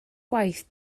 gwaith